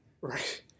Right